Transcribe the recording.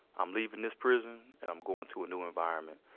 i'm leaving this prison, and i'm going to a new environment,